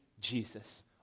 Jesus